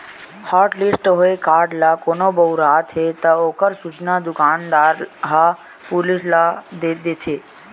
hotlist होए card ल कोनो बउरत हे त ओखर सूचना दुकानदार ह पुलिस ल दे देथे